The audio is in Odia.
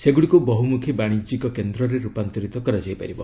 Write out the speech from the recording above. ସେଗୁଡ଼ିକୁ ବହୁମୁଖୀ ବାଣିଜ୍ୟିକ କେନ୍ଦ୍ରରେ ରୂପାନ୍ତରିତ କରାଯାଇ ପାରିବ